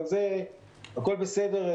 אבל זה הכול בסדר.